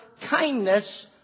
kindness